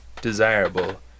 desirable